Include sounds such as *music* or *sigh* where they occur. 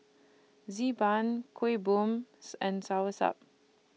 Xi Ban Kuih Bom *noise* and Soursop